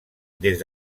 des